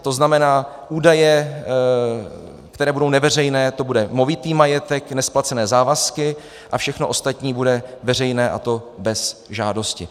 To znamená, údaje, které budou neveřejné, to bude movitý majetek, nesplacené závazky, a všechno ostatní bude veřejné, a to bez žádosti.